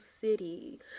city